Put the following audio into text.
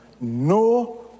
no